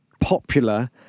popular